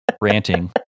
ranting